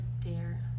dare